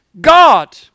God